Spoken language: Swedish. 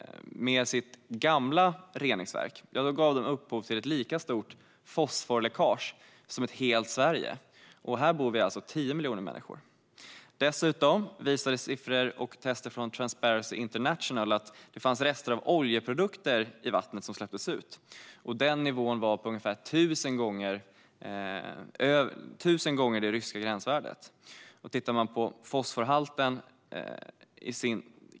Men med sitt gamla reningsverk gav de upphov till ett lika stort fosforläckage som ett helt Sverige, som alltså har 10 miljoner invånare. Dessutom visade siffror och tester från Transparency International att rester av oljeprodukter fanns i vattnet som släpptes ut. Den nivån var på ungefär 1 000 gånger det ryska gränsvärdet.